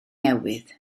newydd